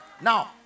Now